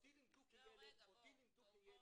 אותי לימדו כילד ------ אבל בוא